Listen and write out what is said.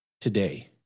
today